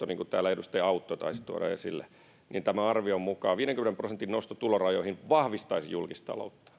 niin kuin täällä edustaja autto taisi tuoda esille tämän arvion mukaan viidenkymmenen prosentin nosto tulorajoihin vahvistaisi julkista taloutta